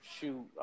shoot